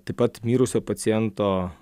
taip pat mirusio paciento